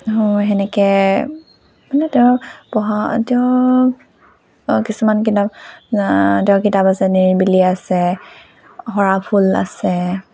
সেনেকৈ এনে তেওঁ পঢ়া তেওঁ কিছুমান কিতাপ তেওঁৰ কিতাপ আছে নিৰিবিলি আছে সৰাফুল আছে